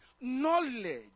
knowledge